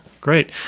great